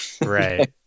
Right